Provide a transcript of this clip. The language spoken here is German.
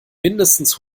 mindestens